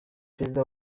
perezida